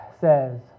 says